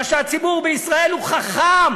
מפני שהציבור בישראל הוא חכם,